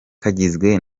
kagizwe